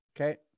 Okay